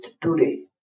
today